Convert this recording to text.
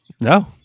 no